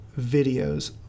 videos